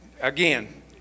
again